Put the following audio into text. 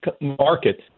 market